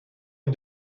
aux